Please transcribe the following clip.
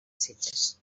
sitges